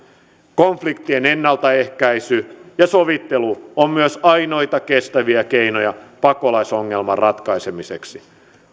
konfliktien ennaltaehkäisy ja sovittelu ovat myös ainoita kestäviä keinoja pakolaisongelman ratkaisemiseksi